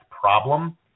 problem